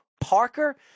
Parker